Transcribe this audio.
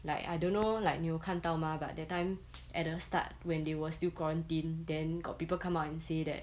like I don't know like 你有看到吗 but that time at the start when they were still quarantine then got people come out and say that